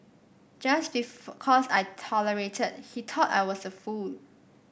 just because I tolerated he thought I was a fool